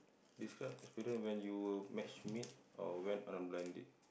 describe experience when you were matchmade or went on a blind date